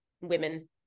women